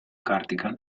cardigan